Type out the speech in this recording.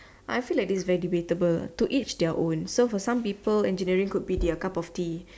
I feel like this is very debatable to each their own so for some people engineering could be their cup of tee